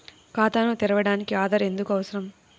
ఖాతాను తెరవడానికి ఆధార్ ఎందుకు అవసరం?